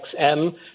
XM